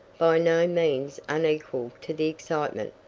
by no means unequal to the excitement,